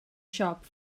siop